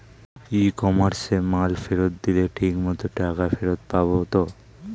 ই কমার্সে মাল ফেরত দিলে ঠিক মতো টাকা ফেরত পাব তো?